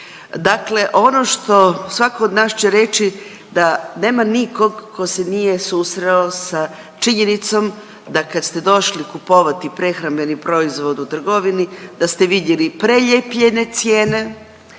Dakle, ono što svako od nas će reći da nema nikog tko se nije susreo sa činjenicom da kad ste došli kupovati prehrambeni proizvod u trgovini da ste vidjeli prelijepljene cijene,